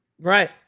Right